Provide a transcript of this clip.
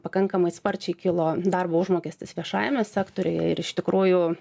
pakankamai sparčiai kilo darbo užmokestis viešajame sektoriuje ir iš tikrųjų